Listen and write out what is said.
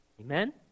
Amen